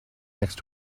next